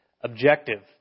objective